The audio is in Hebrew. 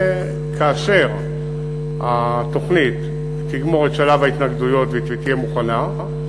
כאשר התוכנית תגמור את שלב ההתנגדויות והיא תהיה מוכנה,